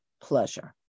pleasure